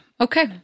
Okay